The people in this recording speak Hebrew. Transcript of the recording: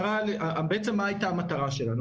בעצם מה היתה המטרה שלנו?